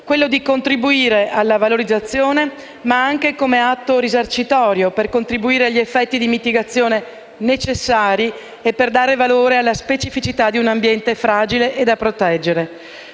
quello di contribuire alla valorizzazione, ma anche come atto risarcitorio, per contribuire agli effetti di mitigazione necessari e per dare valore alla specificità di un ambiente fragile e da proteggere.